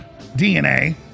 DNA